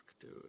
dude